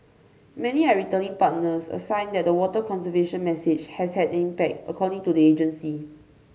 many are returning partners a sign that the water conservation message has had an impact according to the agency